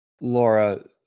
Laura